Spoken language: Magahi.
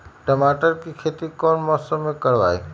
टमाटर की खेती कौन मौसम में करवाई?